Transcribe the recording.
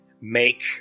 make